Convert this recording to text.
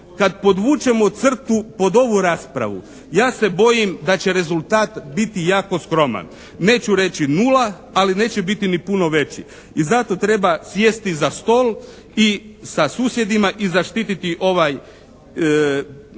kad podvučeno crtu pod ovu raspravu ja se bojim da će rezultat biti jako skroman. Neću reći nula, ali neće biti ni puno veći. I zato treba sjesti za stol sa susjedima i zaštiti ovaj